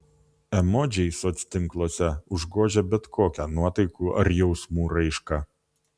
emodžiai soctinkluose užgožė bet kokią nuotaikų ar jausmų raišką